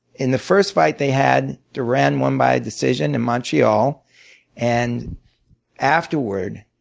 in the first fight they had, duran won by a decision in montreal and afterward,